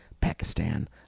Pakistan